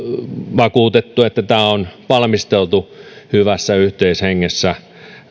vakuutettu että tämä on valmisteltu hyvässä yhteishengessä